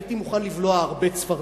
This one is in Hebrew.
הייתי מוכן לבלוע הרבה צפרדעים.